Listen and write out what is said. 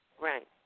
Right